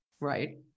Right